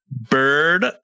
bird